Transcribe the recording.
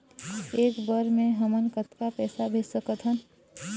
एक बर मे हमन कतका पैसा भेज सकत हन?